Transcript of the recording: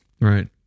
Right